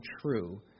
true